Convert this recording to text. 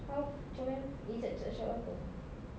how macam mana liz tak cakap apa-apa